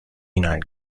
united